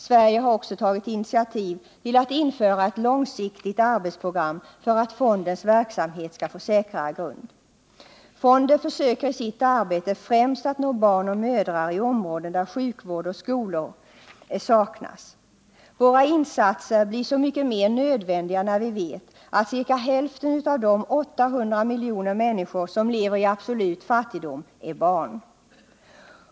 Sverige har också tagit initiativ till att införa ett långsiktigt arbetsprogram för att fondens arbete skall få säkrare grund. Fonden försöker i sitt arbete främst att nå barn och mödrar i områden där sjukvård och skolor saknas. Våra insatser blir så mycket mer nödvändiga med tanke på att ca hälften av de 800 miljoner människor som lever under absolut fattigdom är barn.